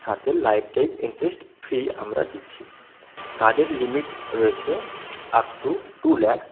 সাথে lifetime interest free আমরা দিচ্ছি কার্ডের লিমিট রয়েছে আপ টু টু ল্যাকস